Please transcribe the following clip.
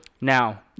Now